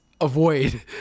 avoid